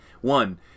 One